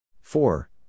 Four